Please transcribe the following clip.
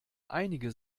einige